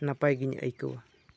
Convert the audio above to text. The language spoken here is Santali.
ᱱᱟᱯᱟᱭ ᱜᱤᱧ ᱟᱹᱭᱠᱟᱹᱣᱟ